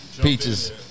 Peaches